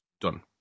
done